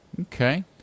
okay